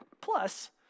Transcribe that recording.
plus